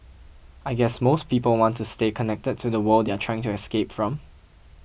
I guess most people want to stay connected to the world they are trying to escape from